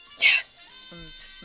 yes